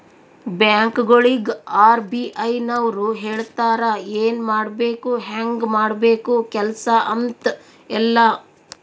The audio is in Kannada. ಬ್ಯಾಂಕ್ಗೊಳಿಗ್ ಆರ್.ಬಿ.ಐ ನವ್ರು ಹೇಳ್ತಾರ ಎನ್ ಮಾಡ್ಬೇಕು ಹ್ಯಾಂಗ್ ಮಾಡ್ಬೇಕು ಕೆಲ್ಸಾ ಅಂತ್ ಎಲ್ಲಾ